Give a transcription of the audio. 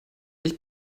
ich